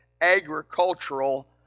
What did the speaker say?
agricultural